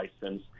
license